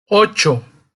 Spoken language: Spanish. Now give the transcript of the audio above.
ocho